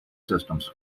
systems